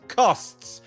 costs